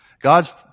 God's